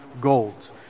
gold